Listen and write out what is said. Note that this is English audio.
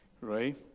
right